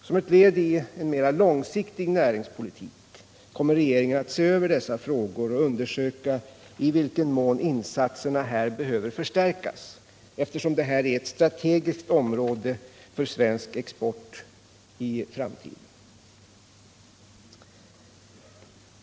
Som ett led i en mer långsiktig näringspolitik kommer regeringen att se över dessa frågor och undersöka i vilken mån insatserna här behöver förstärkas. Detta är ett strategiskt område för den svenska exportindustrin i framtiden.